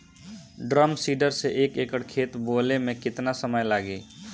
Drum seeder से एक एकड़ खेत बोयले मै कितना समय लागी?